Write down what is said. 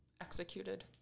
executed